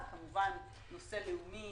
זה כמובן נושא לאומי